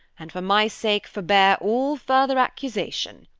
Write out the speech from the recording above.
and for my sake, forbear all further accusation,